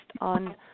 on